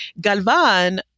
Galvan